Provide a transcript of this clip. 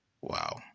Wow